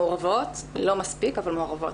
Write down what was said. מעורבות, לא מספיק אבל מעורבות.